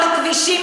אי-אפשר, את מוקלטת.